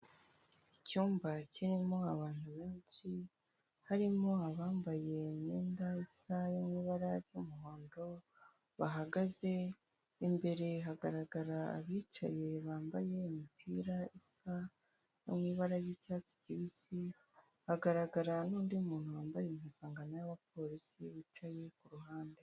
Icyumba kirimo abantu benshi harimo abambaye imyenda isaha yo mu ibara ry'umuhondo bahagaze, imbere hagaragara abicaye bambaye imipira isa mu ibara ry'icyatsi kibisi hagaragara n’undi muntu wambaye impuzangano y'abapolisi wicaye kuruhande.